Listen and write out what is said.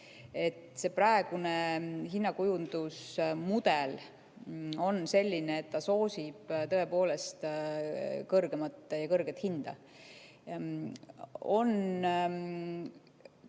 see praegune hinnakujundusmudel on selline, et ta soosib tõepoolest kõrgemat ja kõrget hinda.